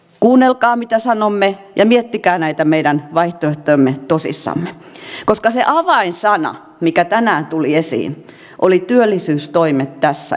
kuunnelkaa mitä sanomme ja miettikää näitä meidän vaihtoehtojamme tosissanne koska se avainsana mikä tänään tuli esiin oli työllisyystoimet tässä ja nyt